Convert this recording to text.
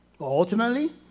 Ultimately